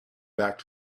back